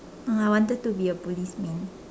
oh I wanted to be a policeman